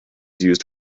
used